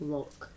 Look